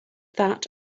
that